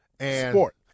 Sport